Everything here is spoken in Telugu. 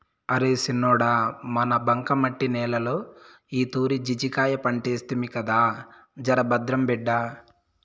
అరే సిన్నోడా మన బంకమట్టి నేలలో ఈతూరి జాజికాయ పంటేస్తిమి కదా జరభద్రం బిడ్డా